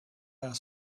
our